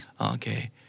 Okay